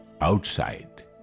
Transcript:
outside